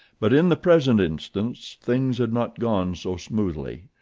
but in the present instance things had not gone so smoothly.